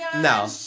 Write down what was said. no